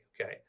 Okay